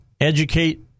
educate